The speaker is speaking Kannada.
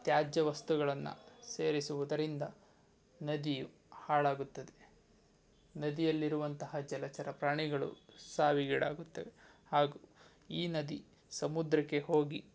ತ್ಯಾಜ್ಯ ವಸ್ತುಗಳನ್ನು ಸೇರಿಸುವುದರಿಂದ ನದಿಯು ಹಾಳಾಗುತ್ತದೆ ನದಿಯಲ್ಲಿರುವಂತಹ ಜಲಚರ ಪ್ರಾಣಿಗಳು ಸಾವಿಗೀಡಾಗುತ್ತವೆ ಹಾಗೂ ಈ ನದಿ ಸಮುದ್ರಕ್ಕೆ ಹೋಗಿ